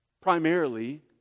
Primarily